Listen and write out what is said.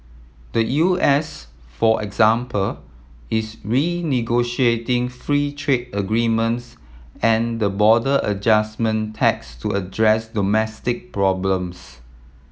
the U S for example is renegotiating free trade agreements and the border adjustment tax to address domestic problems